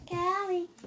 Callie